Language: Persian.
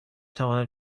توانم